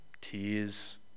tears